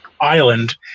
island